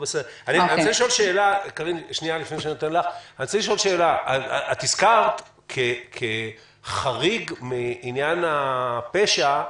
אני רוצה לשאול שאלה: את הזכרת את הפרת אמונים כחריג מעניין הפשע.